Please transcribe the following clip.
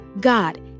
God